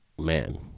man